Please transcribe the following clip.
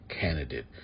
candidate